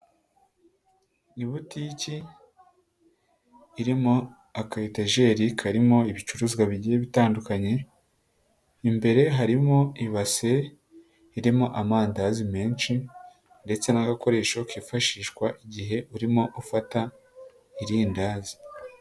Ibutiki irimo aka etejeri karimo ibicuruzwa bigiye bitandukanye, imbere harimo ibase irimo amandazi menshi ndetse n'agakoresho kifashishwa igihe urimo ufata irindazi.